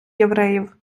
євреїв